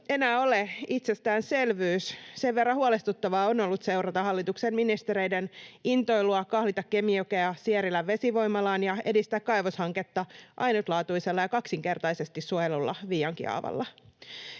enää ole itsestäänselvyys, sen verran huolestuttavaa on ollut seurata hallituksen ministereiden intoilua kahlita Kemijokea Sierilän vesivoimalaan ja edistää kaivoshanketta ainutlaatuisella ja kaksinkertaisesti suojelulla Viiankiaavalla.